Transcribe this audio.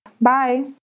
Bye